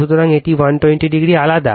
সুতরাং এটি 120o আলাদা